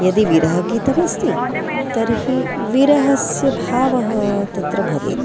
यदि विरहगीतमस्ति तर्हि विरहस्य भावः तत्र भवेत्